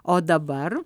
o dabar